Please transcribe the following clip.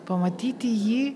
pamatyti jį